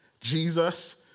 Jesus